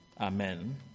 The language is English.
Amen